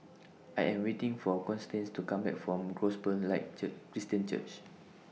I Am waiting For Constance to Come Back from Gospel Light Cheer Christian Church